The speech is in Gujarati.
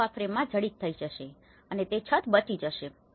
આ વસ્તુઓ આ ફ્રેમમાં જડિત થઈ જશે અને તે છત બની જશે